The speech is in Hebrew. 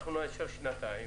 אז אנחנו נאשר שנתיים,